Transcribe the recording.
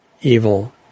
evil